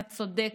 אתה צודק.